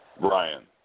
Brian